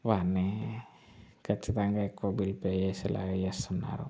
వాడిని ఖచ్చితంగా ఎక్కువ బిల్ పే చేసేలాగా చేస్తున్నారు